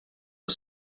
the